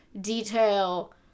detail